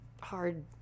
hard